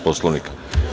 Poslovnika.